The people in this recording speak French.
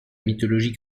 mythologie